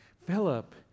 Philip